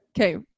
Okay